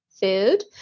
food